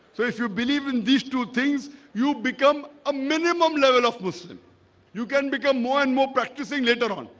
so if you believe in these two things you become a minimum level of muslim you can become more and more practicing later on.